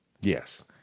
Yes